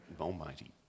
Almighty